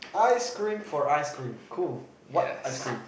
ice cream for ice cream cool what ice cream